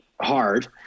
hard